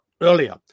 earlier